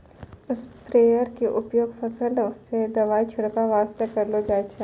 sprayer के उपयोग फसल मॅ दवाई के छिड़काब वास्तॅ करलो जाय छै